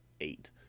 eight